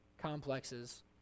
complexes